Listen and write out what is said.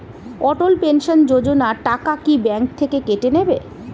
অটল pension Yojana টাকা কি bank থেকে কেটে নেবে?